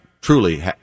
truly